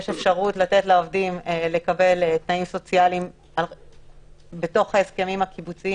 יש אפשרות לתת לעובדים לקבל תנאים סוציאליים בתוך ההסכמים הקיבוציים,